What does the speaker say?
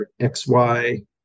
XY